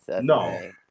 No